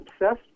obsessed